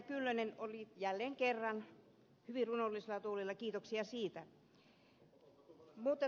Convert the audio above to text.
kyllönen oli jälleen kerran hyvin runollisella tuulella kiitoksia siitä